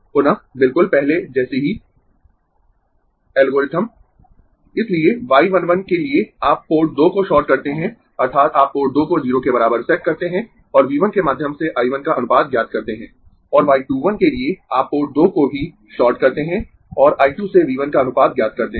पुनः बिलकुल पहले जैसी ही एल्गोरिथम इसलिए y 1 1 के लिए आप पोर्ट 2 को शॉर्ट करते है अर्थात् आप पोर्ट 2 को 0 के बराबर सेट करते है और V 1 के माध्यम से I 1 का अनुपात ज्ञात करते है और y 2 1 के लिए आप पोर्ट 2 को भी शॉर्ट करते है और I 2 से V 1 का अनुपात ज्ञात करते है